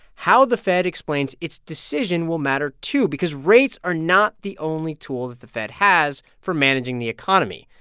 how the fed explains its decision will matter, too, because rates are not the only tool that the fed has for managing the economy.